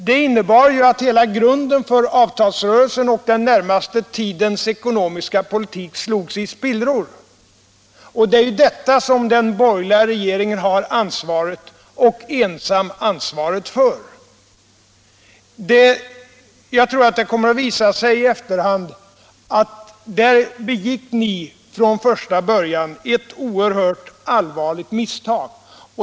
Det innebar ju att hela grunden för avtalsrörelsen och den närmaste tidens ekonomiska politik slogs i spillror. Det är detta som den borgerliga regeringen ensam har ansvaret för. Jag tror att det kommer att visa sig i efterhand att ni där från första början begick ett oerhört allvarligt misstag.